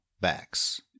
backs